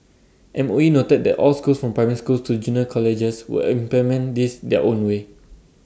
M O E noted that all schools from primary schools to junior colleges will implement this their own way